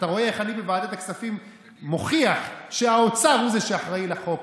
אתה רואה איך אני בוועדת הכספים מוכיח שהאוצר הוא זה שאחראי לחוק,